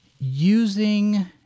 Using